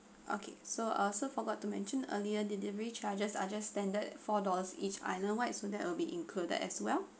okay so I also forgot to mentioned earlier delivery charges are just standard four dollars each islandwide so that will be included as well